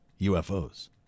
ufos